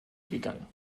gegangen